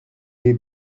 des